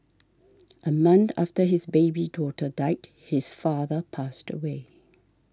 a month after his baby daughter died his father passed away